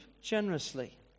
generously